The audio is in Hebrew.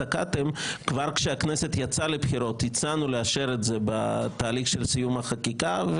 כבר כשהכנסת יצאה לבחירות הצענו לאשר את זה בתהליך של סיום החקיקה.